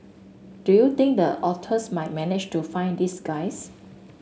do you think the otters might manage to find these guys